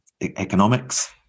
economics